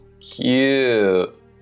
Cute